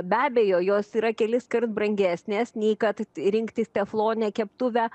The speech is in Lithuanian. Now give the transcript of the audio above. be abejo jos yra keliskart brangesnės nei kad rinktis tefloninę keptuvę